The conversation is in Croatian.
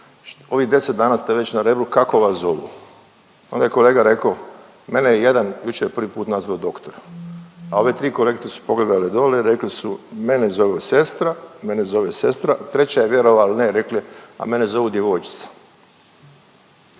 Ovih 10 dana ste već na Rebru, kako vas zovu. Onda je kolega rekao mene je jedan jučer prvi put nazvao doktor. A ove tri kolegice su pogledale dole i rekle su mene zovu sestra, mene zove sestra, treća je vjerovali ili ne rekli a mene zovu djevojčica.